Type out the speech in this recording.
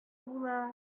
була